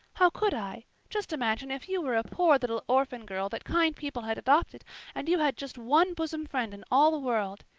how could i? just imagine if you were a poor little orphan girl that kind people had adopted and you had just one bosom friend in all the world.